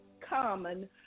common